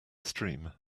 stream